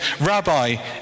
Rabbi